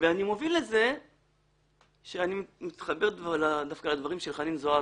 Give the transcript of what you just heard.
אני מתחבר דווקא לדברים של חנין זועבי.